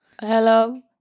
Hello